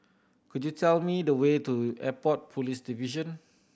could you tell me the way to Airport Police Division